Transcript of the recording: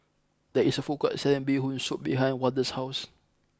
there is a food court selling Bee Hoon Soup behind Wardell's house